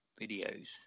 videos